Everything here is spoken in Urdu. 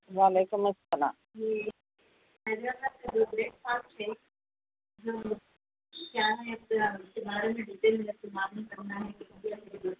وعلیکم السلام جی خیریت ہے آپ کے پاس ہے کیا ہے ذرا اس کے بارے میں ڈٹیلس میں معلوم کرنا ہے